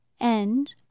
End